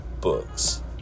Books